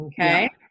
Okay